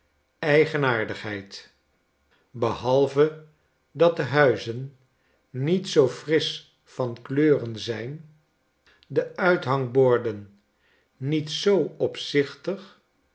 eigenaardigheid behalve dat de huizen niet zoo frisch van kleuren zijn de uithangborden niet zoo opzichtig